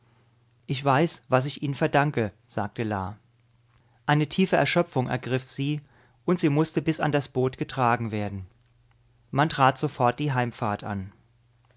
ich weiß was ich ihnen verdanke sagte la eine tiefe erschöpfung ergriff sie und sie mußte bis an das boot getragen werden man trat sofort die heimfahrt an